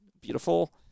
beautiful